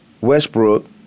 Westbrook